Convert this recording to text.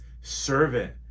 servant